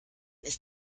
ist